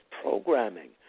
programming